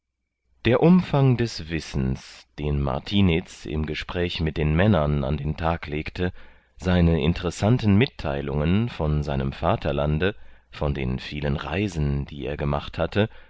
der umfang des wissens den martiniz im gespräch mit den männern an den tag legte seine interessanten mitteilungen von seinem vaterlande von den vielen reisen die er gemacht hatte